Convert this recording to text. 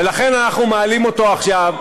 ולכן אנחנו מעלים אותו עכשיו.